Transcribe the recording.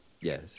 Yes